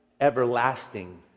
everlasting